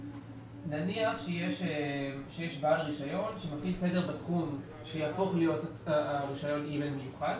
נניח שיש בעל רישיון שיהפוך להיות רישיון מיוחד